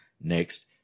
next